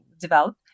develop